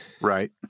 Right